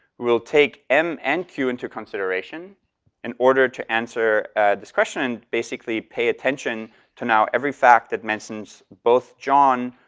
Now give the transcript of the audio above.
we'll take m and q into consideration in order to answer this question, and basically pay attention to now every fact that mentions both john,